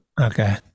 okay